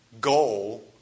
goal